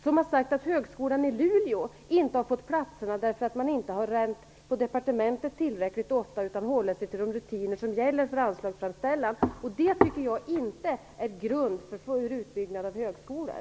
Han har sagt att höskolan i Luleå inte har fått några nya platser därför att man inte har ränt på departementet tillräckligt ofta utan man har hållit sig till de rutiner som gäller för anslagsframställan. Det är inte någon grund för full utbyggnad av högskolor.